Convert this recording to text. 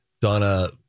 Donna